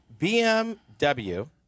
BMW